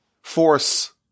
force